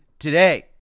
today